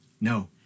no